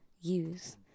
use